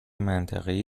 منطقهای